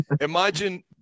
imagine